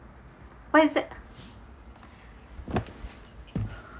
what is that